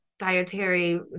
dietary